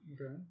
Okay